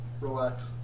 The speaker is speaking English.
Relax